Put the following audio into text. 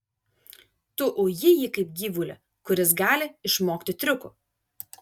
tu uji jį kaip gyvulį kuris gali išmokti triukų